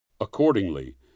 accordingly